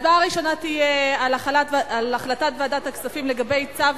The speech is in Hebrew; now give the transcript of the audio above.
הצבעה ראשונה תהיה על החלטת ועדת הכספים לגבי צו